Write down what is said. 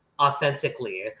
authentically